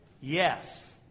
Yes